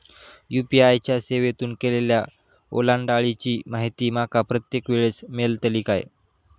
UPI च्या सेवेतून केलेल्या ओलांडाळीची माहिती माका प्रत्येक वेळेस मेलतळी काय?